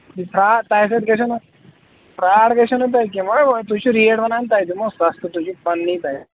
آ تۄہہِ سۭتۍ گژھن نہٕ فرٛاڈ گژھِ نہٕ تۄہہِ سۭتۍ کیٚنٛہہ مگر وۅنۍ تُہۍ چھِو ریٹ وَنان تۄہہِ دِمو سَستہٕ تُہۍ چھِوٕ پَنٕنی اَسہِ